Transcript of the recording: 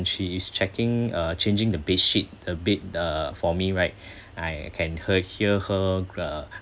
she is checking uh changing the bedsheet the bed uh for me right I can her hear her gra~